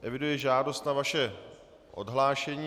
Eviduji žádost o vaše odhlášení.